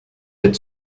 être